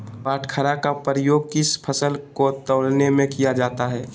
बाटखरा का उपयोग किस फसल को तौलने में किया जाता है?